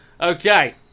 okay